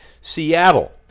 Seattle